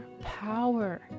power